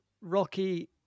Rocky